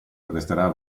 resterà